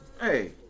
hey